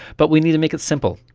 but we need to make it simple,